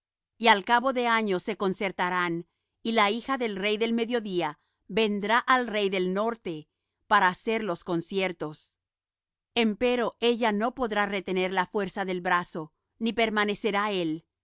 y al cabo de años se concertarán y la hija del rey del mediodía vendrá al rey del norte para hacer los conciertos empero ella no podrá retener la fuerza del brazo ni permanecerá él